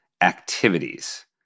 activities